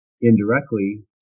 indirectly